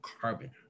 carbon